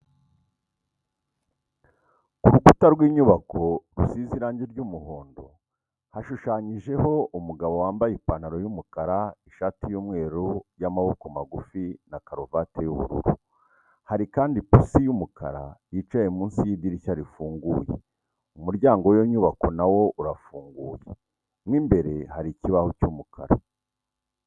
Ku rukuta rw'inyubako rusize irangi ry'umuhondo hashushanyijeho umugabo wambaye ipantaro y'umukara, ishati y'umweru y'amaboko magufi na karuvati y'ubururu, hari kandi ipusi y'umukara yicaye munsi y'idirishya rifunguye, umuryango w'iyo nyubako nawo urafunguye, mo imbere hari ikibaho cy'umukara.